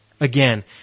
Again